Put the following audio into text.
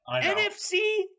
NFC